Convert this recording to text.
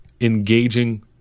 engaging